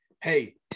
Hey